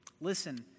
Listen